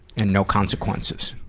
and no consequences.